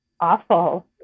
awful